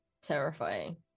terrifying